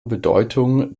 bedeutung